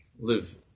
live